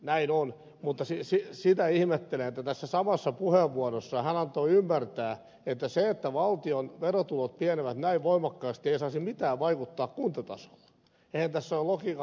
näin on mutta sitä ihmettelen että tässä samassa puheenvuorossaan hän antoi ymmärtää että se että valtion verotulot pienenevät näin voimakkaasti ei saisi mitään vaikuttaa kuntatasolla